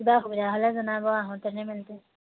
কিবা অসুবিধা হ'লে জনাব আহোতেনে মেলোতেনে